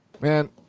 Man